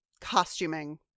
costuming